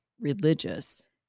religious